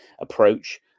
approach